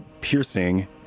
piercing